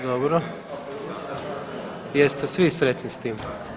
Dobro, jeste svi sretni s tim?